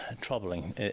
troubling